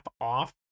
off